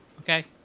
Okay